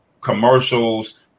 commercials